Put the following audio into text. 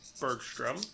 Bergstrom